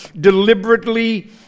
deliberately